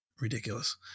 ridiculous